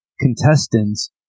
contestants